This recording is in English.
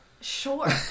Sure